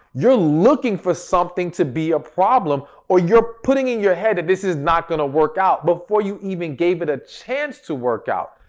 you're looking for something to be a problem or you're putting in your head that this is not going to work out before you even gave it a chance to work out.